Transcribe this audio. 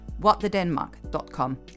whatthedenmark.com